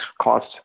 cost